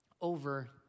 over